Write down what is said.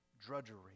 drudgery